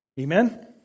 Amen